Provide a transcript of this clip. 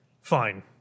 fine